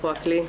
אנחנו הכלי,